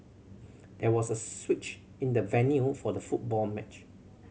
there was a switch in the venue for the football match